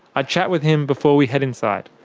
i chat with him before we head inside.